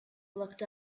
looked